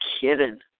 kidding